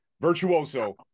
Virtuoso